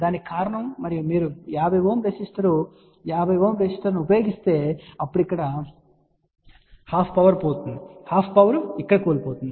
దానికి కారణం మరియు మీరు 50 Ω రెసిస్టర్ 50 Ω రెసిస్టెన్స్ ఉపయోగిస్తే అప్పుడు ఇక్కడ ½ పవర్ పోతుంది ½ పవర్ ఇక్కడ కోల్పోతుంది